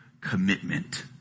commitment